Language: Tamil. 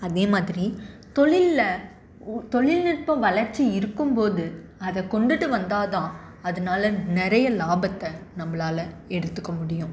அதே மாதிரி தொழிலில் தொழில்நுட்பம் வளர்ச்சி இருக்கும் போது அதை கொண்டுட்டு வந்தால் தான் அதனால் நிறைய லாபத்தை நம்மளால் எடுத்துக்க முடியும்